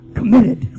Committed